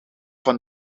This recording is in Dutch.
van